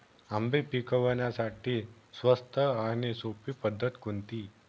आंबे पिकवण्यासाठी स्वस्त आणि सोपी पद्धत कोणती?